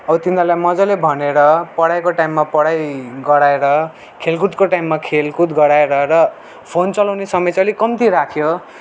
अब तिनीहरूलाई मजाले भनेर पढाइको टाइममा पढाइ गराएर खेलकुदको टाइममा खेलकुद गराएर र फोन चलाउने समय चाहिँ अलिक कम्ती राख्यो